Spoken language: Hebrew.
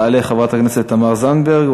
תעלה חברת הכנסת תמר זנדברג,